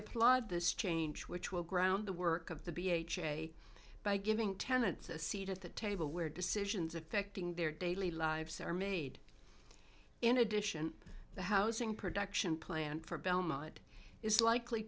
applaud this change which will ground the work of the b h a by giving tenets a seat at the table where decisions affecting their daily lives are made in addition the housing production plan for belmont is likely